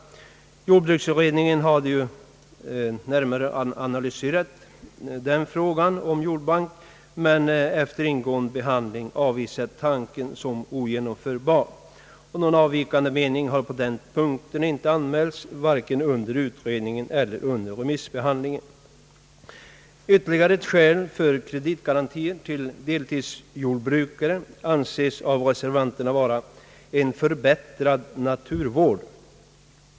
Jordbruksutredningen har närmare analyserat frågan om jordbank men efter ingående behandling avvisat tanken som ogenomförbar. Någon avvikande mening har inte anmälts vare sig under utredningen eller under remissbehandlingen. Ytterligare skäl för kreditgarantier till deltidsjordbrukare anses av reservanterna vara en förbättrad naturvård.